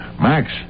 Max